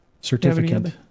certificate